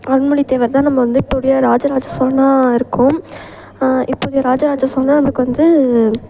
அருண்மொழி தேவர் தான் நம்ம வந்து புதிய ராஜராஜன் சோழனாக இருக்கும் இப்போதைய ராஜராஜ சோழனாக நம்மளுக்கு வந்து